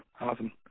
Awesome